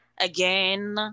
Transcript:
again